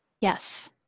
Yes